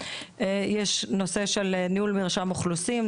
יש נושא של ניהול מרשם אוכלוסין,